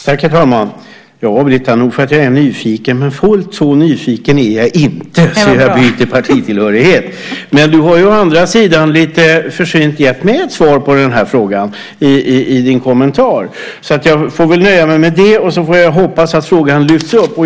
Herr talman! Ja, Britta, nog för att jag är nyfiken, men fullt så nyfiken är jag inte att jag byter partitillhörighet. Men du har å andra sidan lite försynt gett mig ett svar på frågan i din kommentar, så jag får väl nöja mig med det och får hoppas att frågan lyfts upp.